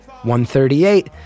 138